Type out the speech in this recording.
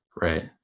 right